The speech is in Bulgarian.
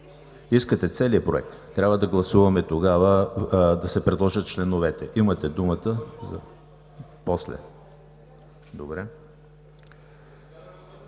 Искате целия проект? Трябва да гласуваме тогава да се предложат членовете. (Реплики.)